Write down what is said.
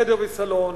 חדר וסלון,